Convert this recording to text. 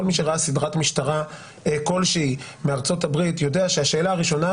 כל מי שראה סדרת משטרה כל שהיא מארצות-הברית יודע שהשאלה הראשונה,